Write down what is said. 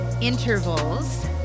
intervals